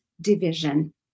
division